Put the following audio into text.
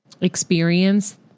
experience